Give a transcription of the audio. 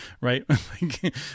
right